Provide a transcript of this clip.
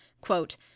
quote